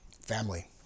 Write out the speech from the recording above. family